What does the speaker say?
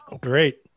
Great